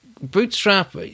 Bootstrap